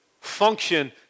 function